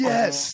Yes